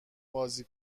بازی